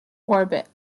orbit